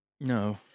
No